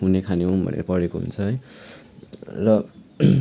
हुने खाने हुम भनेर पढेको हुन्छ है र